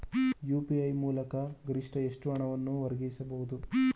UPI ಮೂಲಕ ಗರಿಷ್ಠ ಎಷ್ಟು ಹಣವನ್ನು ವರ್ಗಾಯಿಸಬಹುದು?